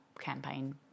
campaign